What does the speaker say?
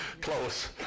close